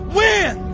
win